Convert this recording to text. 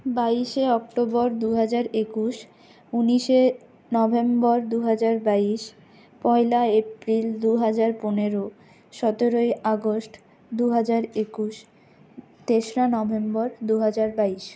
বাইশে অক্টোবর দুহাজার একুশ উনিশে নভেম্বর দুহাজার বাইশ পয়লা এপ্রিল দুহাজার পনেরো সতেরোই আগস্ট দুহাজার একুশ তেশোরা নভেম্বর দুহাজার বাইশ